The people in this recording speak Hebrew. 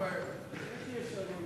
בוועדת הכספים נתקבלה.